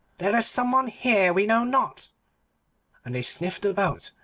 there is some one here we know not and they sniffed about,